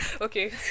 okay